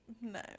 No